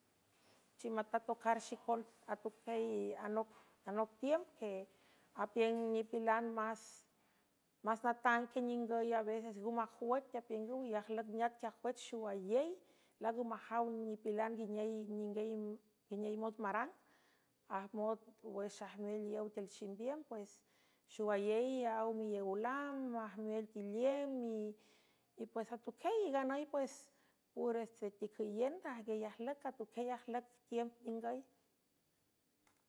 Chimatatocar xicon atuqey anoc tiümb que apiüng nipilan más natang que ningüy a veces ngu majwüc apiüngüw y ajlüc neac quiajwüch xoayey langa majaw nipilan ney ningynguiney mot marang ajmot wüx ajmeel iow tiül ximbiün pues xowayey aw miow lam ajmeeltiliem iypues atuquieyy nganüy pues ures treticüyiendaj gey ajlüc atuquiey ajlüc tim ningüy.